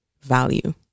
value